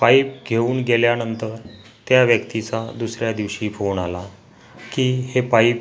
pipe घेऊन गेल्यानंतर त्या व्यक्तीचा दुसऱ्या दिवशी फोन आला की हे पाईप